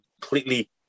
completely